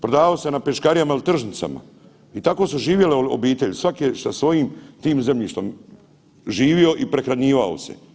Prodavao sam na peškarijama ili tržnicama i tako su živjele obitelji, svaki sa svojim tim zemljištem živio i prehranjivao se.